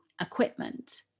equipment